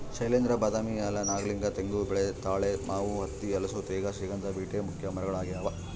ಶೈಲೇಂದ್ರ ಬಾದಾಮಿ ಆಲ ನಾಗಲಿಂಗ ತೆಂಗು ತಾಳೆ ಮಾವು ಹತ್ತಿ ಹಲಸು ತೇಗ ಶ್ರೀಗಂಧ ಬೀಟೆ ಮುಖ್ಯ ಮರಗಳಾಗ್ಯಾವ